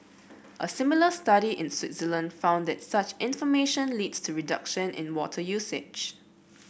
a similar study in Switzerland found that such information leads to reduction in water usage